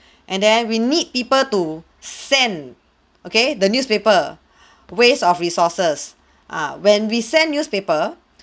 and then we need people to send okay the newspaper waste of resources err when we send newspaper